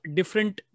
different